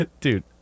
Dude